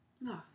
No